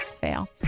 fail